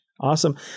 Awesome